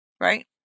Right